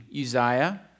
Uzziah